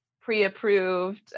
pre-approved